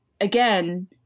again